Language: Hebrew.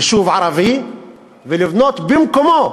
יישוב ערבי ולבנות במקומו,